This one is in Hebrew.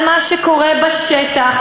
על מה שקורה בשטח,